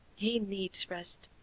he needs rest,